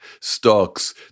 stocks